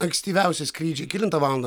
ankstyviausi skrydžiai kelintą valandą